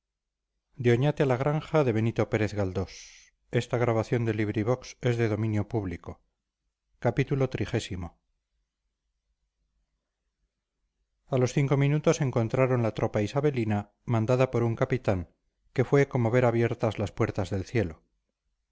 subir a los cinco minutos encontraron la tropa isabelina mandada por un capitán que fue como ver abiertas las puertas del cielo